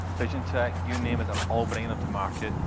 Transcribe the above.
vision tech, you name it, they're all bringing them to market,